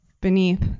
beneath